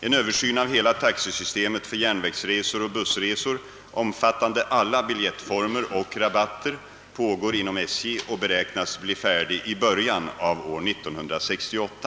En översyn av hela taxesystemet för järnvägsresor och bussresor omfattande alla biljettformer och rabatter pågår inom SJ och beräknas bli färdig i början av år 1968.